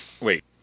wait